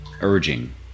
urging